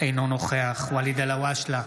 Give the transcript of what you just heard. אינו נוכח ואליד אלהואשלה,